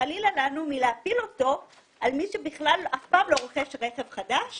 שחלילה לנו מלהטיל אותו על מי שבכלל אף פעם לא רוכש רכב חדש.